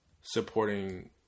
supporting